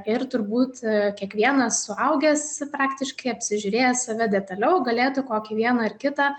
ir turbūt kiekvienas suaugęs praktiškai apsižiūrėjęs save detaliau galėtų kokį vieną ar kitą